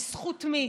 בזכות מי?